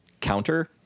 counter